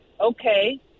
okay